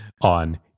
on